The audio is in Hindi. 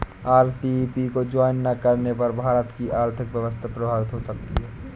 आर.सी.ई.पी को ज्वाइन ना करने पर भारत की आर्थिक व्यवस्था प्रभावित हो सकती है